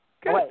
good